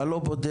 אתה לא בודק,